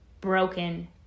broken